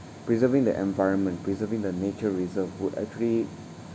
preserving the environment preserving the nature reserve would actually